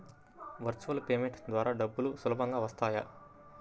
Virtual payment ద్వారా డబ్బులు సులభంగా వస్తాయా?